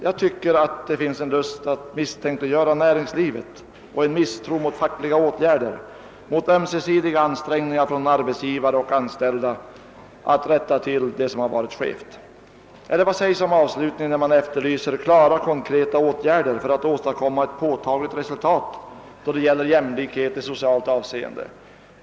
Jag tycker att det finns en lust att misstänkliggöra mnäringslivet och en misstro mot fackliga åtgärder, mot ömsesida ansträngningar från arbetsgivare och anställda att rättå till det som varit skevt. Eller vad sägs om avslutningen där man efterlyser »snara konkreta åtgärder» för att >åstadkomma ett påtagligt resultat då det gäller jämlikhet i socialt avseende»?